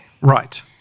Right